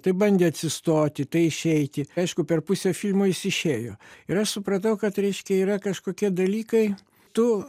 tai bandė atsistoti tai išeiti aišku per pusę filmo jis išėjo ir aš supratau kad reiškia yra kažkokie dalykai tu